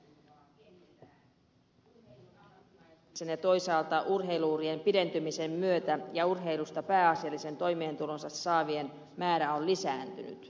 urheilun ammattimaistumisen ja toisaalta urheilu urien pidentymisen myötä ja urheilusta pääasiallisen toimeentulonsa saavien määrä on lisääntynyt